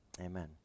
amen